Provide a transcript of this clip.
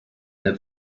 that